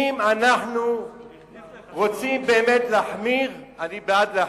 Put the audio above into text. אם אנחנו רוצים באמת להחמיר, אני בעד להחמיר,